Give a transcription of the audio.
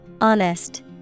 Honest